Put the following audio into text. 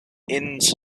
innes